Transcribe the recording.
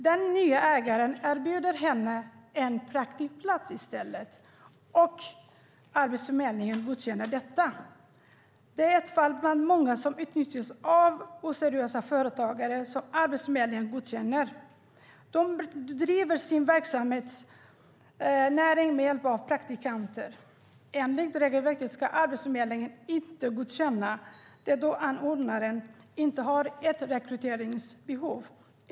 Den nya ägaren erbjuder henne en praktikplats i stället, och Arbetsförmedlingen godkänner detta. Detta är ett fall bland många där människor utnyttjas av oseriösa företagare som Arbetsförmedlingen godkänner. De bedriver sin verksamhet med hjälp av praktikanter. Enligt regelverket ska Arbetsförmedlingen inte godkänna det när anordnaren inte har ett rekryteringsbehov.